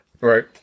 Right